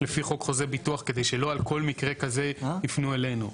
לפי חוק חוזה ביטוח כדי שלא על כל מקרה כזה יפנו אלינו.